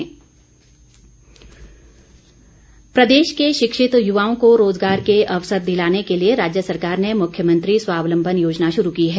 स्वावलम्बन योजना प्रदेश के शिक्षित युवाओं को रोज़गार के अवसर दिलाने के लिए राज्य सरकार ने मुख्यमंत्री स्वावलम्बन योजना शुरू की है